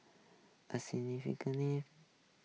a